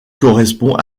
correspond